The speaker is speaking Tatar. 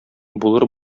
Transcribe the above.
булыр